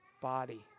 body